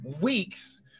weeks